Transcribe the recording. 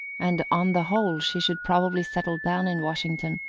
and on the whole she should probably settle down in washington,